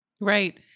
Right